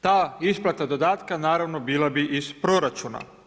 Ta isplata dodatka naravno bila bi iz proračuna.